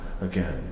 again